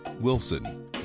Wilson